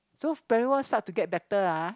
so primary one start to get better ah